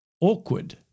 awkward